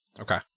Okay